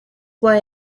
why